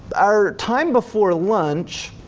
our time before lunch,